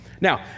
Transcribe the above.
Now